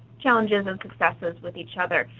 challenges and successes with each other.